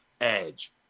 edge